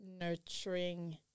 nurturing